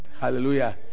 Hallelujah